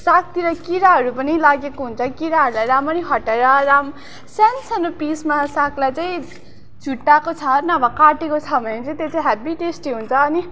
सागतिर किराहरू पनि लागेको हुन्छ किराहरूलाई रामरी हटाएर सानो सानो पिसमा सागलाई चाहिँ छुट्टाएको छ नभए काटेको छ भने चाहिँ त्यो चाहिँ हेब्बी टेस्टी हुन्छ अनि